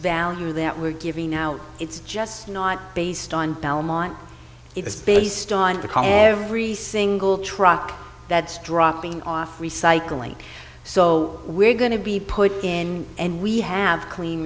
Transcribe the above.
value that we're giving out it's just not based on belmont it's based on because every single truck that's dropping off recycling so we're going to be put in and we have clean